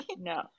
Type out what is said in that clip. No